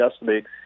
yesterday